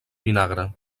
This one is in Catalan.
vinagre